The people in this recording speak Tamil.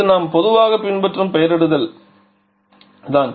இது நாம் பொதுவாக பின்பற்றும் பெயரிடுதல் தான்